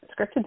scripted